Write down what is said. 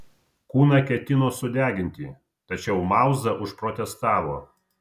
kūną ketino sudeginti tačiau mauza užprotestavo